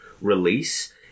Release